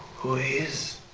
who is